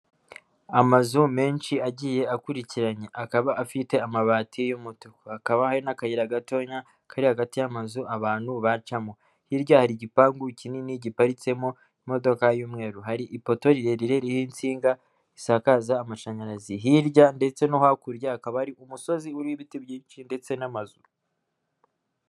Amazu menshi agiye akurikiranya akaba afite amabati y'umutuku, hakaba hari n'akayira gato kari hagati y'amazu abantu bacamo .Hirya hari igipangu kinini giparitsemo imodoka y'umweru, hari ipoto rirerire ririho insinga risakaza amashanyarazi hirya ndetse no hakurya hakaba hari umusozi uriho ibiti byinshi ndetse n'amazu.